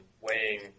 weighing